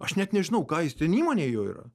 aš net nežinau ką jis ten įmonė jo yra